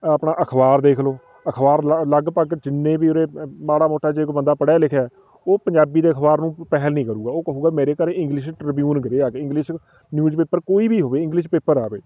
ਆਪਣਾ ਅਖਬਾਰ ਦੇਖ ਲਉ ਅਖਬਾਰ ਲ ਲਗਭਗ ਜਿੰਨੇ ਵੀ ਉੇਰੇ ਮਾੜਾ ਮੋਟਾ ਜੇ ਕੋਈ ਬੰਦਾ ਪੜ੍ਹਿਆ ਲਿਖਿਆ ਹੈ ਉਹ ਪੰਜਾਬੀ ਦੇ ਅਖਬਾਰ ਨੂੰ ਪਹਿਲ ਨਹੀਂ ਕਰੇਗਾ ਉਹ ਕਹੇਗਾ ਮੇਰੇ ਘਰ ਇੰਗਲਿਸ਼ ਟ੍ਰਿਬਊਨ ਗਿਰੇ ਆ ਕੇ ਇੰਗਲਿਸ਼ ਨਿਊਜਪੇਪਰ ਕੋਈ ਵੀ ਹੋਵੇ ਇੰਗਲਿਸ਼ ਪੇਪਰ ਆਵੇ